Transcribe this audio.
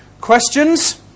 Questions